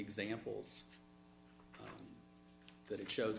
examples that it shows